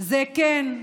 וזה, כן,